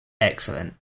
excellent